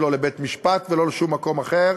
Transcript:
לא לבית-משפט ולא לשום מקום אחר,